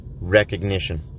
recognition